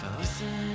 listen